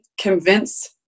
convince